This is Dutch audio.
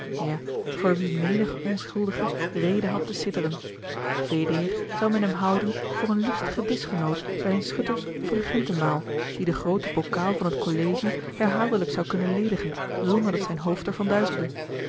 ja voor wien menig onschuldige reden had te sidderen veeleer zou men hem houden voor een lustigen dischgenoot bij een schutters of regentenmaal die de groote bokaal van t collegie herhaaldelijk zou kunnen ledigen zonderdat zijn hoofd er van duizelde